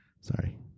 Sorry